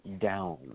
down